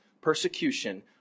persecution